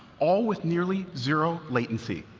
all with nearly zero latency.